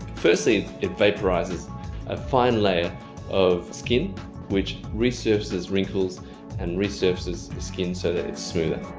firstly, it vaporizes a fine layer of skin which resurfaces wrinkles and resurfaces skin so that it's smoother.